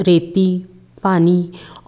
रेती पानी